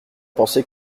pensée